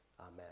Amen